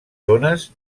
zones